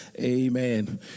Amen